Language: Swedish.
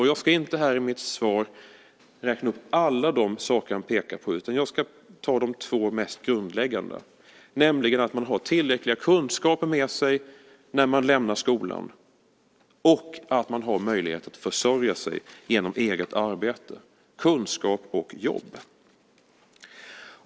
Jag ska inte räkna upp alla de saker som han pekar på utan bara nämna de två mest grundläggande, nämligen att man ska ha tillräckliga kunskaper med sig när man lämnar skolan samt ha möjlighet att genom eget arbete kunna försörja sig. Det handlar alltså om kunskap och jobb.